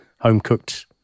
home-cooked